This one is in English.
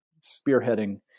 spearheading